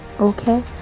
okay